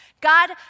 God